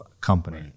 company